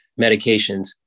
medications